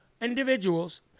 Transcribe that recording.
individuals